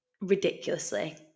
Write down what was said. ridiculously